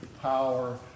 power